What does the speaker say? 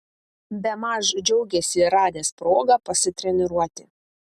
bemaž džiaugėsi radęs progą pasitreniruoti